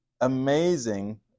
amazing